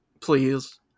Please